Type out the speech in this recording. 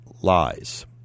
lies